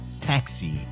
taxi